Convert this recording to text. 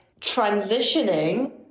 transitioning